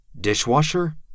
Dishwasher